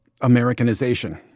Americanization